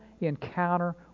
encounter